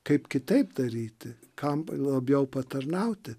kaip kitaip daryti kam labiau patarnauti